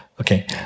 Okay